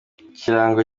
ikirango